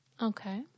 Okay